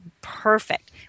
perfect